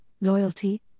loyalty